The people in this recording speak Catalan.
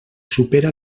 supera